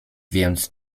więc